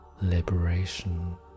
liberation